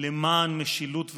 למען משילות ודמוקרטיה,